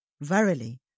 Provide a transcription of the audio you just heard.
Verily